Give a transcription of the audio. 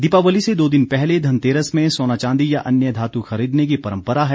दीपावली से दो दिन पहले धनतेरस में सोना चांदी या अन्य धातु खरीदने की परंपरा है